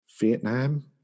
vietnam